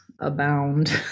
abound